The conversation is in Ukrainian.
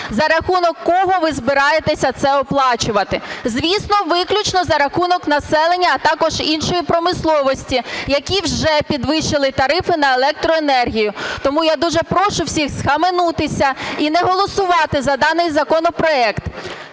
За рахунок кого ви збираєтеся це оплачувати? Звісно, виключно за рахунок населення, а також іншої промисловості, які вже підвищили тарифи на електроенергію. Тому я дуже прошу всіх схаменутися і не голосувати за даний законопроект.